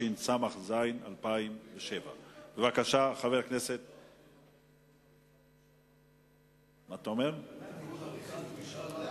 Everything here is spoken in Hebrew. התשס"ז 2007. התיקון הוא על משאל עם.